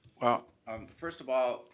ah um first of all,